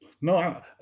No